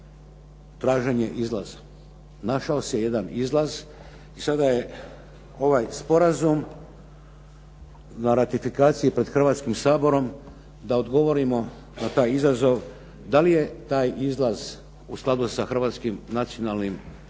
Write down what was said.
traženje izlaza. Našao se jedan izlaz i sada je ovaj sporazum na ratifikaciji pred Hrvatskim saborom da odgovorimo na taj izazov da li je taj izlaz u skladu sa hrvatskim nacionalnim i